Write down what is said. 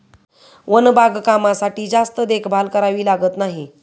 one बागकामासाठी जास्त देखभाल करावी लागत नाही